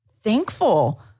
thankful